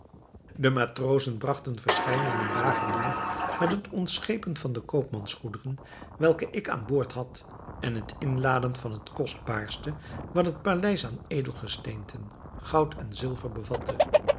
de matrozen bragten verscheidene dagen door met het ontschepen van de koopmans goederen welke ik aan boord had en het inladen van het kostbaarste wat het paleis aan edelgesteenten goud en zilver bevatte